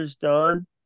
done